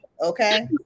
okay